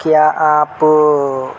کیا آپ